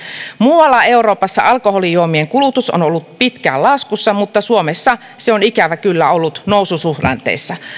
muualla euroopassa alkoholijuomien kulutus on ollut pitkään laskussa mutta suomessa se on ikävä kyllä ollut noususuhdanteessa